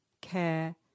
care